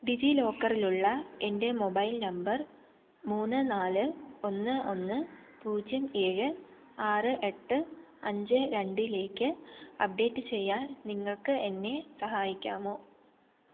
ഡിജിലോക്കറിലുള്ള എൻ്റെ mobile number മൂന്ന് നാല് ഒന്ന് ഒന്ന് പൂജ്യം ഏഴ് ആറ് എട്ട് അഞ്ച് രണ്ടിലേക്ക് അപ്ഡേറ്റ് ചെയ്യാൻ നിങ്ങൾക്ക് എന്നെ സഹായിക്കാമോ